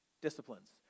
disciplines